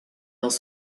dans